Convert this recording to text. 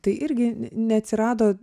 tai irgi neatsirado